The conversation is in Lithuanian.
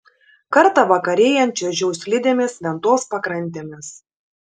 kartą vakarėjant čiuožiau slidėmis ventos pakrantėmis